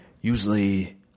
usually